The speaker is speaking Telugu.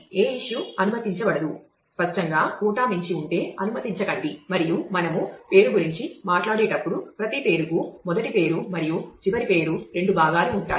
ఏ ఇష్యూ అనుమతించబడదు స్పష్టంగా కోటా మించి ఉంటే అనుమతించకండి మరియు మనము పేరు గురించి మాట్లాడేటప్పుడు ప్రతి పేరుకు మొదటి పేరు మరియు చివరి పేరు రెండు భాగాలు ఉంటాయి